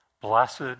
Blessed